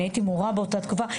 אני הייתי מורה באותה תקופה.